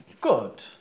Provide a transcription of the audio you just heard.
Good